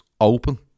open